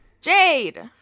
Jade